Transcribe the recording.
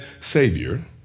Savior